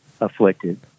afflicted